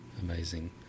Amazing